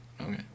Okay